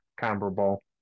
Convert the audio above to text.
comparable